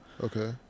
Okay